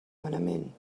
manament